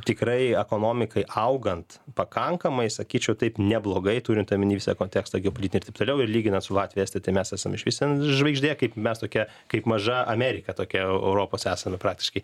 tikrai ekonomikai augant pakankamai sakyčiau taip neblogai turint omenyje visą kontekstą geopolitini ir taip toliau ir lyginant su latvija estija tai mes esam išvis ten žvaigždė kaip mes tokia kaip maža amerika tokia europos esame praktiškai